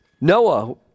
Noah